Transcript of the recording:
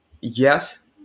yes